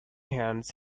hands